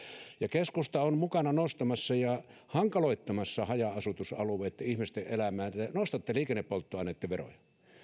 keskusta on mukana nostamassa ja hankaloittamassa haja asutusalueitten ihmisten elämää te nostatte liikennepolttoaineitten veroja